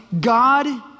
God